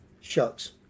Shucks